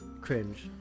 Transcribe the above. cringe